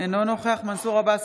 אינו נוכח מנסור עבאס,